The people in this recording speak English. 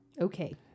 Okay